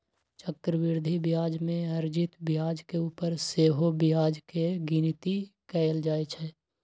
चक्रवृद्धि ब्याज में अर्जित ब्याज के ऊपर सेहो ब्याज के गिनति कएल जाइ छइ